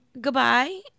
goodbye